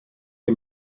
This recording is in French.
les